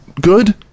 good